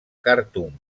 khartum